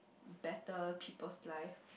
better people's life